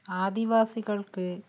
ആദിവാസികൾക്ക്